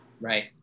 Right